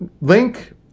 link